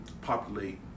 populate